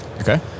Okay